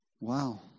Wow